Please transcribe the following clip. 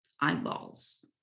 eyeballs